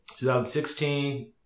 2016